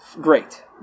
great